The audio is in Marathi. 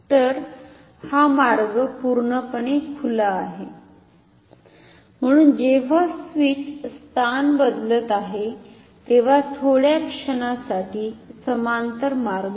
तर हा मार्ग पूर्णपणे खुला आहे म्हणून जेव्हा स्विच स्थान बदलत आहे तेव्हा थोड्या क्षणासाठी समांतर मार्ग नाही